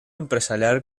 empresarial